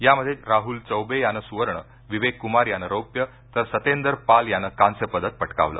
यामध्ये राहूल चौबे यानं स्वर्ण विवेकक्मार यानं रौप्य तर सतेंदर पाल यानं कांस्यपदक पटकावलं